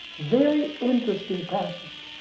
very interesting passage.